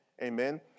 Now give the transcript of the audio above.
Amen